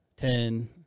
ten